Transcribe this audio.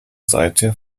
seither